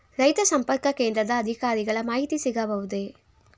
ರೈತ ಸಂಪರ್ಕ ಕೇಂದ್ರದ ಅಧಿಕಾರಿಗಳ ಮಾಹಿತಿ ಸಿಗಬಹುದೇ?